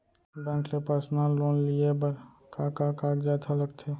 Bank ले personal loan लेये बर का का कागजात ह लगथे?